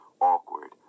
awkward